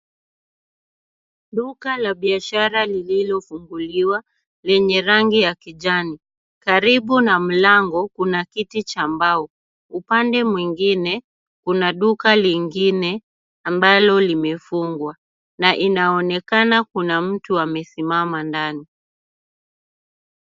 Duka la biashara lililofunguliwa lenye rangi ya kijani. Karibu na mlango kuna kiti cha mbao. Upande mwingine kuna duka lingine ambalo limefungwa na inaonekana kuna mtu amesimama ndani.